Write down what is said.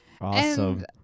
Awesome